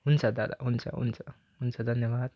हुन्छ दादा हुन्छ हुन्छ हुन्छ धन्यवाद